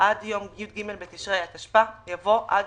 "עד יום י"ג בתשרי התשפ"א" יבוא "עד